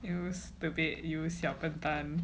it used to be you 小笨蛋